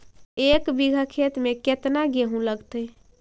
एक बिघा खेत में केतना गेहूं लगतै?